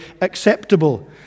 acceptable